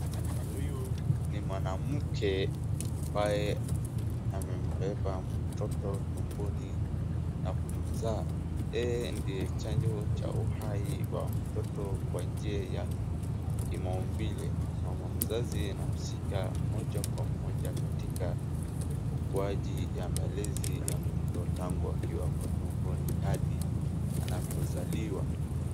Huyu ni mwanamke ambaye amembeba mtoto tumboni na kumzaa. Yeye ndio chanjo cha uhai wa mtoto kwa njia ya kimaumbile. Mama mzazi anahusika moja kwa moja katika ukuaji ya malezi ya mtoto tangu akiwa kwa tumboni hadi anapozaliwa.